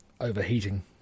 overheating